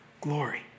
glory